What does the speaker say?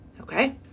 Okay